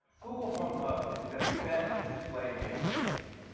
google home hub is the best display made for the kitchen.